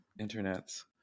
internets